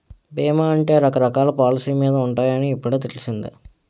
బీమా అంటే రకరకాల పాలసీ మీద ఉంటాయని ఇప్పుడే తెలిసింది